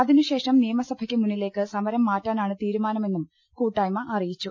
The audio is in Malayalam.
അതി നുശേഷം നിയമസഭയ്ക്ക് മുന്നിലേക്ക് സമരം മാറ്റാനാണ് തീരു മാനമെന്നും കൂട്ടായ്മ അറിയിച്ചു